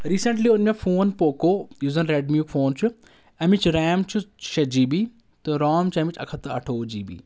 recently اوٚن مےٚ phone Poco یُس زَن رَیٚڈمِی یُک فون چھُ امِچ رَیم چھُ شیٚے جی بی تہٕ رام چھُ امِچ اَکھ ہَتھ تہٕ اٹھووُہ جی بی